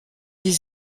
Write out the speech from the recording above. des